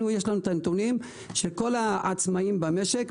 יש לנו הנתונים של כל העצמאיים במשק,